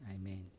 amen